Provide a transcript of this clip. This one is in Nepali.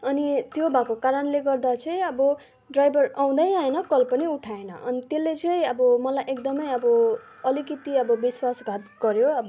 अनि त्यो भएको कारणले गर्दा चाहिँ अब ड्राइभर आउँदै आएन कल पनि उठाएन अन त्यसले चाहिँ अब मलाई एकदमै अब अलिकति अब विश्वासघात गर्यो अब